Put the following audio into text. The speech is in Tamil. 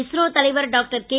இஸ்ரோ தலைவர் டாக்டர் கே